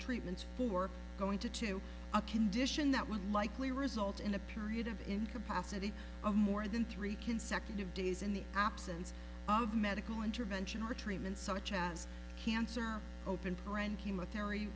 treatments for going to to a condition that would likely result in a period of incapacity or more than three consecutive days in the absence of medical intervention or treatment such as cancer open friend chemotherapy